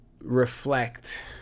reflect